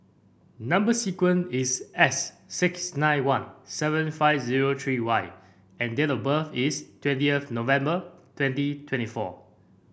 number sequence is S six nine one seven five zero three Y and date of birth is twentieth November twenty twenty four